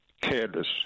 Careless